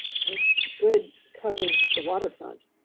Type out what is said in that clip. just good covers the waterfront.